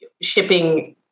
shipping